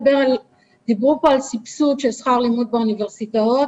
דיברו פה על סבסוד שכר לימוד באוניברסיטאות.